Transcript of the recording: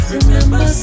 Remember